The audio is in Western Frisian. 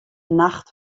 nacht